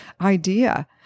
idea